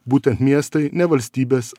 būtent miestai ne valstybės